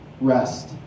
rest